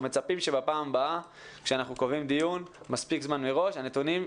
מצפים שבפעם הבאה כאשר אנחנו קובעים דיון מספיק זמן מראש,